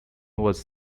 was